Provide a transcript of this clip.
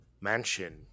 mansion